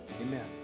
amen